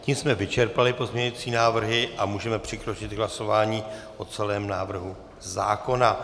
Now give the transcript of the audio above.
Tím jsme vyčerpali pozměňovací návrhy a můžeme přikročit k hlasování o celém návrhu zákona.